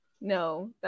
No